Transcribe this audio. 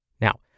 Now